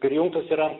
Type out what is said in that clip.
prijungtas yra